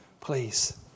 please